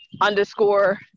underscore